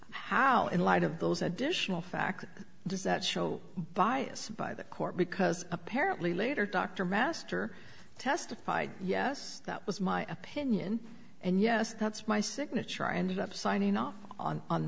how in light of those additional facts does that show bias by the court because apparently later dr master testified yes that was my opinion and yes that's my signature i ended up signing off on on